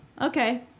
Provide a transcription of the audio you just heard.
Okay